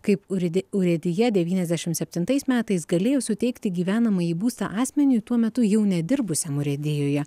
kaip urėdi urėdija devyniasdešim septintais metais galėjo suteikti gyvenamąjį būstą asmeniui tuo metu jau nedirbusiam urėdijoje